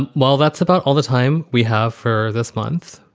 and well, that's about all the time we have for this month.